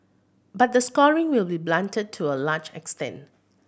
but the scoring will be blunted to a large extent